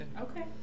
Okay